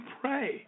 pray